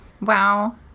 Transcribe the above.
Wow